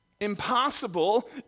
Impossible